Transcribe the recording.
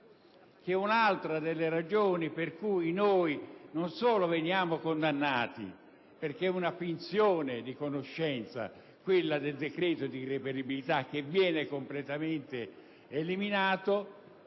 un'altra delle ragioni per cui veniamo condannati (perché è una finzione di conoscenza quella del decreto di irreperibilità che viene completamente eliminato